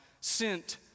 sent